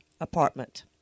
apartment